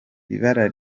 ibara